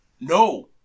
No